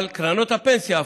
אבל קרנות הפנסיה,